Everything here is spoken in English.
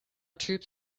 troops